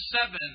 seven